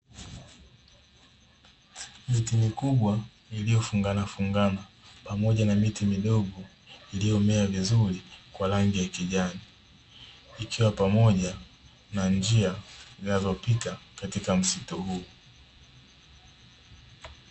Miti mikubwa iliyofunganafungana pamoja na miti midogo iliyomea vizuri kwa rangi ya kijani, ikiwa pamoja na njia zinazopita katika msitu huu.